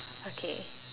okay